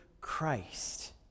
Christ